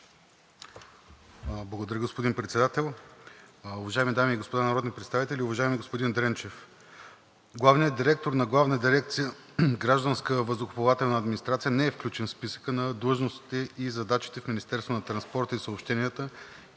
Благодаря, господин Председател. Уважаеми дами и господа народни представители! Уважаеми господин Дренчев, главният директор на Главна дирекция „Гражданска въздухоплавателна администрация“ не е включен в списъка на длъжностите и задачите в Министерството на транспорта и съобщенията